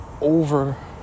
over